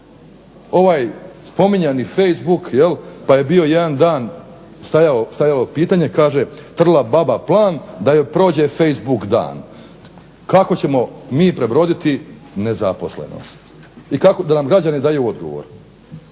ovaj spominjani facebook jel pa je bio jedan dan stajao pitanje, kaže trla baba plan da joj prođe facebook dan. Kako ćemo mi prebroditi nezaposlenost i kako da nam građani daju odgovor.